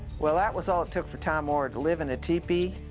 well, that was all it took for tom oar to live in a tepee,